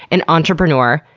and entrepreneur.